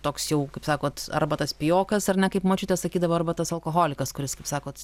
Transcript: toks jau kaip sakot arba tas pijokas ar ne kaip močiutė sakydavo arba tas alkoholikas kuris kaip sakot